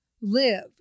live